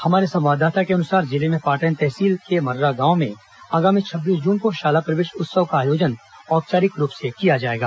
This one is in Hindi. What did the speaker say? हमारे संवाददाता के अनुसार जिले में पाटन तहसील के मर्रा गांव में आगामी छब्बीस जून को शाला प्रवेश उत्सव का आयोजन औपचारिक रूप से किया जाएगा